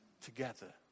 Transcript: together